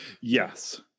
Yes